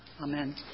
Amen